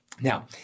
Now